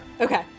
Okay